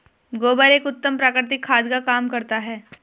गोबर एक उत्तम प्राकृतिक खाद का काम करता है